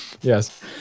Yes